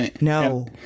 no